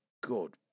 good